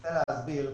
מנסה להסביר.